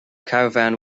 caravan